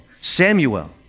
Samuel